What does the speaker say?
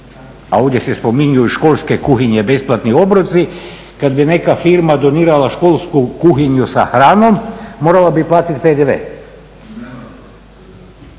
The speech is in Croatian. a ovdje se spominju i školske kuhinje, besplatni obroci, kad bi neka firma donirala školsku kuhinju sa hranom morala bi platiti PDV.